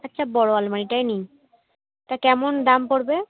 আচ্ছা বড় আলমারিটাই নিই তা কেমন দাম পড়বে